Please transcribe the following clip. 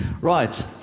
Right